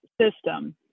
system